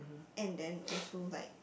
and then also like